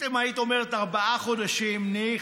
אם היית אומרת ארבעה חודשים, ניחא,